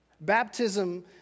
Baptism